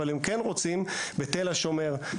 אבל הם כן רוצים בתל השומר,